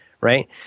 right